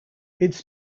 its